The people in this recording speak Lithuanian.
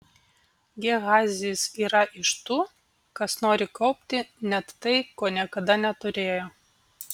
gehazis yra iš tų kas nori kaupti net tai ko niekada neturėjo